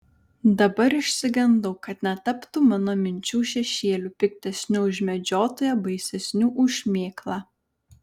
dabar išsigandau kad netaptų mano minčių šešėliu piktesniu už medžiotoją baisesniu už šmėklą